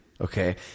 Okay